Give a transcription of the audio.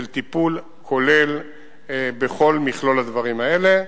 של טיפול כולל בכל מכלול הדברים האלה.